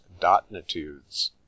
dotnitudes